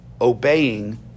obeying